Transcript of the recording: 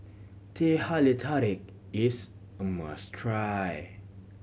Teh Halia Tarik is a must try